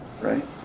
right